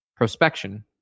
prospection